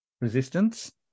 resistance